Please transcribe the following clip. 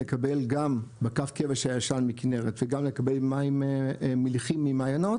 לקבל גם מקו כבש הישן מהכנרת וגם לקבל מים מליחים ממעיינות,